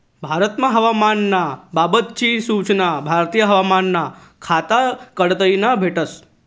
भारतमा हवामान ना बाबत नी सूचना भारतीय हवामान खाता कडताईन भेटस